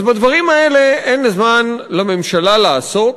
אז בדברים האלה אין לממשלה זמן לעסוק,